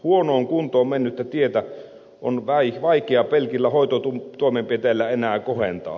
huonoon kuntoon mennyttä tietä on vaikea pelkillä hoitotoimenpiteillä enää kohentaa